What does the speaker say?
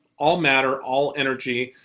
all matter, all energy,